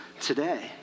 today